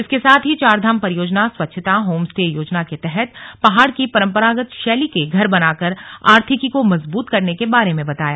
इसके साथ ही चारधाम परियोजना स्वच्छता होम स्टे योजना के तहत पहाड़ की परम्परागत शैली के घर बनाकर आर्थिकी को मजबूत करने के बारे में बताया